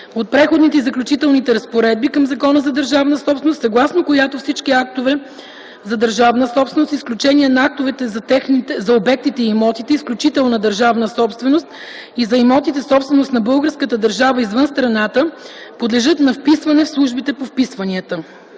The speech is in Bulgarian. от Преходните и заключителните разпоредби към Закона за държавната собственост, съгласно която всички актове за държавна собственост, с изключение на актовете за обектите и имотите - изключителна държавна собственост, и за имоти - собственост на българската държава извън страната, подлежат на вписване в службите по вписванията.